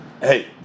Hey